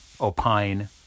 opine